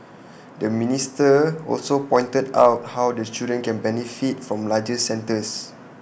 the minister also pointed out how the children can benefit from larger centres